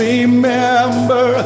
Remember